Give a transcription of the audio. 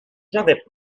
j’avais